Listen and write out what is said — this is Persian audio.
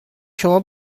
شما